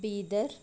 Bidar